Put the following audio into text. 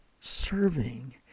serving